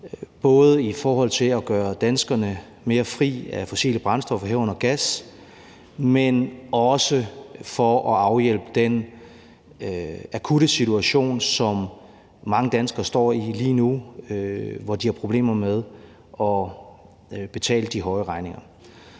både i forhold til at gøre danskerne mere fri af fossile brændstoffer, herunder gas, men også for at afhjælpe den akutte situation, som mange danskere står i lige nu, hvor de har problemer med at betale de høje regninger.